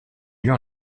lieu